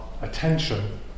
attention